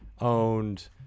owned